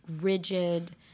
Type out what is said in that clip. rigid